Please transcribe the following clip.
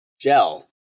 gel